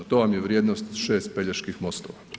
To vam je vrijednost 6 Peljeških mostova.